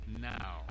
now